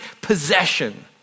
possession